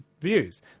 views